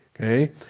Okay